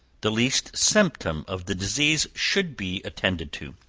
the least symptom of the disease should be attended to.